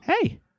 Hey